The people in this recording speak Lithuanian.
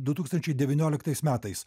du tūkstančiai devynioliktais metais